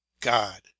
god